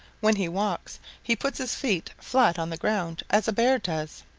when he walks he puts his feet flat on the ground as a bear does.